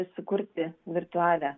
sukurti virtualią